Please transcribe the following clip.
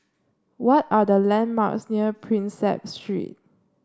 what are the landmarks near Prinsep Street